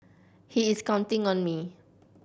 he is counting on me